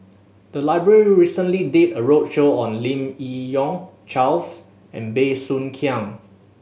the library recently did a roadshow on Lim Yi Yong Charles and Bey Soo Khiang